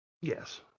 Yes